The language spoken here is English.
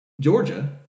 Georgia